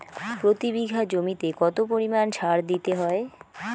প্রতি বিঘা জমিতে কত পরিমাণ সার দিতে হয়?